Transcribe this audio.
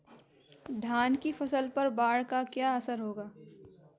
धान की फसल पर बाढ़ का क्या असर होगा?